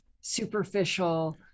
superficial